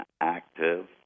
active